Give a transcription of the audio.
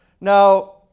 Now